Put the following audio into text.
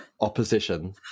opposition